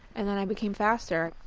and then i became faster